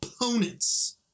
opponents